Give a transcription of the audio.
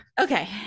Okay